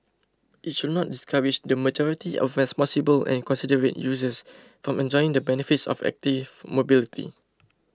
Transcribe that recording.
it should not discourage the majority of responsible and considerate users from enjoying the benefits of active mobility